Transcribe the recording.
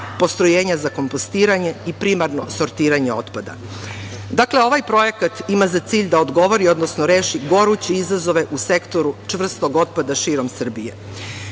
postrojenja za kompostiranje i primarno sortiranje otpada. Dakle, ovaj projekat ima za cilj da odgovori, odnosno reši goruće izazove u sektoru čvrstog otpada širom Srbije. Ja